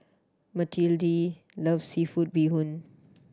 Matilde love seafood bee hoon